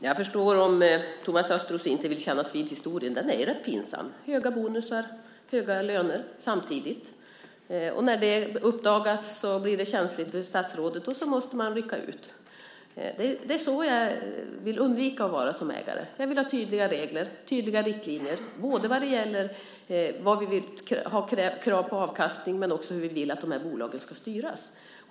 Herr talman! Jag förstår om Thomas Östros inte vill kännas vid historien. Den är rätt pinsam, med höga bonusar och höga löner samtidigt. När det uppdagas blir det känsligt för statsrådet, och så måste man rycka ut. Det är så jag vill undvika att vara som ägare. Jag vill ha tydliga regler, tydliga riktlinjer, både vad gäller vad vi har för krav på avkastning och hur vi vill att de här bolagen ska styras.